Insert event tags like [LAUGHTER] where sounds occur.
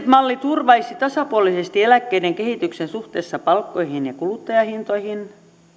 [UNINTELLIGIBLE] malli turvaisi tasapuolisesti eläkkeiden kehityksen suhteessa palkkoihin ja kuluttajahintoihin